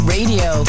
Radio